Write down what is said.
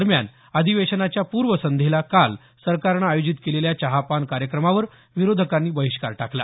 दरम्यान अधिवेशनाच्या पूर्वसंध्येला काल सरकारनं आयोजित केलेल्या चहापान कार्यक्रमावर विरोधकांनी बहिष्कार टाकला